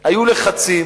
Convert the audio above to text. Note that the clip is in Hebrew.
היו לחצים